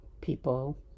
people